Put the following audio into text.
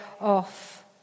off